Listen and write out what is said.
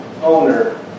owner